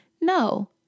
No